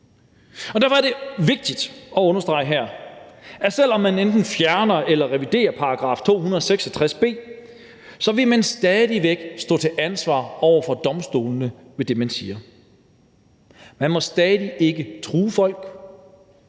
derfor er det vigtigt at understrege her, at selv om man enten fjerner eller reviderer § 266 b, så vil man stadig væk stå til ansvar over for domstolene for det, man siger. Man må stadig ikke true folk;